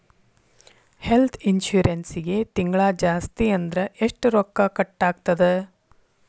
ಹೆಲ್ತ್ಇನ್ಸುರೆನ್ಸಿಗೆ ತಿಂಗ್ಳಾ ಜಾಸ್ತಿ ಅಂದ್ರ ಎಷ್ಟ್ ರೊಕ್ಕಾ ಕಟಾಗ್ತದ?